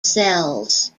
cells